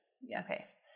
Yes